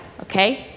okay